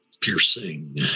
piercing